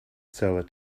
seller